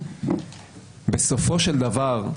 בסופו של דבר,